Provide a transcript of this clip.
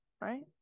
right